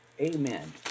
amen